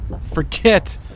Forget